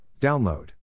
Download